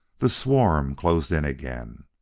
the swarm closed in again.